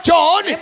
John